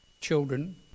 children